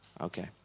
Okay